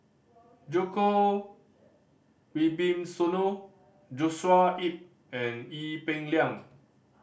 Djoko Wibisono Joshua Ip and Ee Peng Liang